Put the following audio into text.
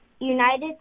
united